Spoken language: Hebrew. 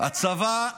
ומה עשתה הממשלה?